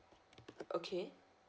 okay